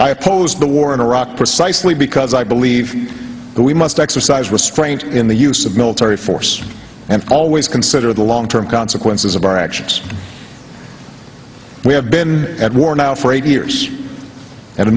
oppose the war in iraq precisely because i believe that we must exercise restraint in the use of military force and always consider the long term consequences of our actions we have been at war now for eight years and